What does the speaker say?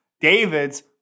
Davids